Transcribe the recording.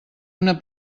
una